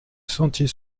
sentiers